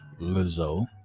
Lizzo